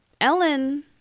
Ellen